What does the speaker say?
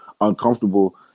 uncomfortable